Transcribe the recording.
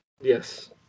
Yes